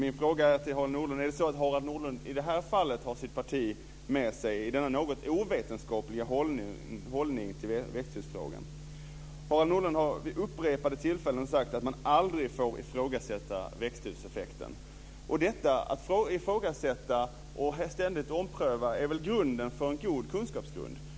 Min fråga till Harald Nordlund är: Har Harald Nordlund i det här fallet sitt parti med sig i denna något ovetenskapliga hållning till växthusfrågan? Harald Nordlund har vid upprepade tillfällen sagt att man aldrig får ifrågasätta växthuseffekten. Detta att ifrågasätta och ständigt ompröva är väl grunden för en god kunskapsbas.